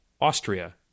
Austria